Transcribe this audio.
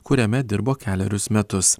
kuriame dirbo kelerius metus